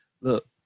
look